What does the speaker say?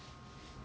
okay